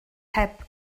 heb